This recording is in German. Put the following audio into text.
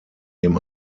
dem